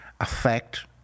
affect